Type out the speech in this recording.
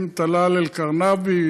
עם טלאל אלקרינאוי,